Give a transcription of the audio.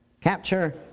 capture